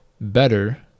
better